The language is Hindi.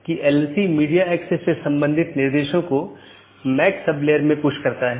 गम्यता रीचैबिलिटी की जानकारी अपडेट मेसेज द्वारा आदान प्रदान की जाती है